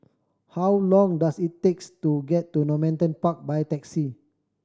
how long does it takes to get to Normanton Park by taxi